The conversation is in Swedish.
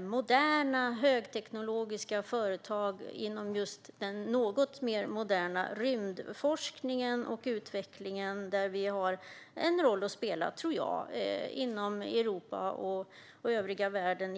moderna, högteknologiska företag inom den något mer moderna rymdforskningen, där vi har en roll att spela inom Europa och övriga världen.